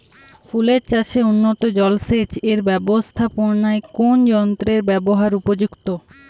ফুলের চাষে উন্নত জলসেচ এর ব্যাবস্থাপনায় কোন যন্ত্রের ব্যবহার উপযুক্ত?